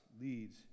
leads